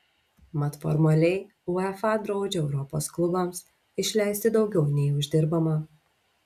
mat formaliai uefa draudžia europos klubams išleisti daugiau nei uždirbama